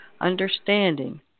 Understanding